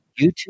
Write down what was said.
YouTube